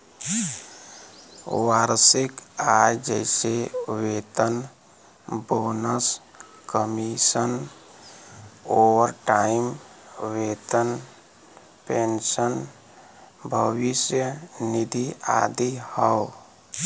वार्षिक आय जइसे वेतन, बोनस, कमीशन, ओवरटाइम वेतन, पेंशन, भविष्य निधि आदि हौ